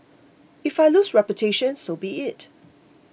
if I lose reputation so be it